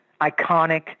iconic